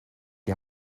die